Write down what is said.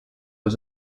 was